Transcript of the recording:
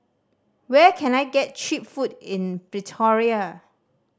where can I get cheap food in Pretoria